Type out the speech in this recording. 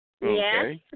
Yes